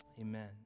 Amen